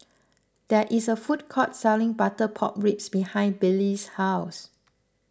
there is a food court selling Butter Pork Ribs behind Billie's house